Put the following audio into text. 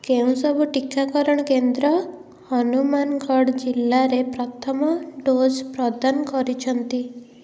କେଉଁ ସବୁ ଟିକାକରଣ କେନ୍ଦ୍ର ହନୁମାନଗଡ଼୍ ଜିଲ୍ଲାରେ ପ୍ରଥମ ଡୋଜ୍ ପ୍ରଦାନ କରିଛନ୍ତି